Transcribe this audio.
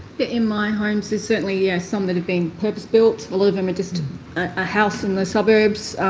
in my homes there's certainly, yes, some that have been purpose-built. a lot of them are just a house in the suburbs.